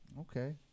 Okay